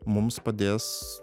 mums padės